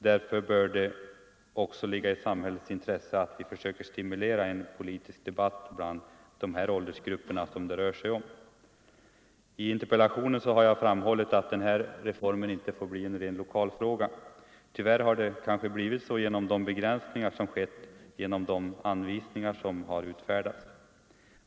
Därför bör det också ligga i samhällets intresse att stimulera en politisk debatt bland just de här åldersgrupperna. I interpellationen har jag framhållit att denna reform inte får bli en ren lokalfråga. Tyvärr har det kanske blivit så genom de begränsningar som skett på grund av de anvisningar som utfärdats.